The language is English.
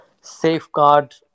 safeguard